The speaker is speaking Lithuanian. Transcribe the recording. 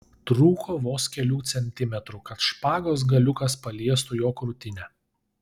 trūko vos kelių centimetrų kad špagos galiukas paliestų jo krūtinę